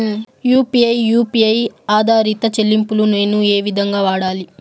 UPI U P I ఆధారిత చెల్లింపులు నేను ఏ విధంగా వాడాలి?